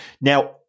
now